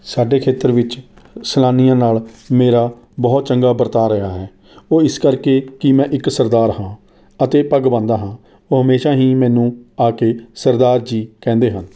ਸਾਡੇ ਖੇਤਰ ਵਿੱਚ ਸੈਲਾਨੀਆਂ ਨਾਲ ਮੇਰਾ ਬਹੁਤ ਚੰਗਾ ਵਰਤਾਅ ਰਿਹਾ ਹੈ ਉਹ ਇਸ ਕਰਕੇ ਕਿ ਮੈਂ ਇੱਕ ਸਰਦਾਰ ਹਾਂ ਅਤੇ ਪੱਗ ਬੰਨ੍ਹਦਾ ਹਾਂ ਉਹ ਹਮੇਸ਼ਾ ਹੀ ਮੈਨੂੰ ਆ ਕੇ ਸਰਦਾਰ ਜੀ ਕਹਿੰਦੇ ਹਨ